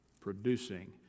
producing